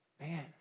man